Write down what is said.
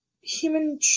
human